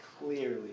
clearly